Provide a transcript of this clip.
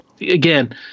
again